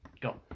Go